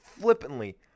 flippantly